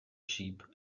sheep